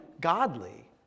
godly